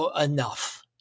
enough